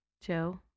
Joe